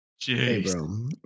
Jeez